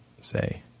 say